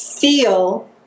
feel